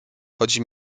chodzi